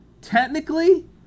Technically